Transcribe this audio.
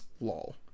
Lol